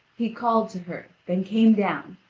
he called to her, then came down,